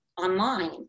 online